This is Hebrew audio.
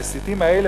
המסיתים האלה,